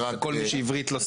לכל מי שעברית לא שפת האם שלו.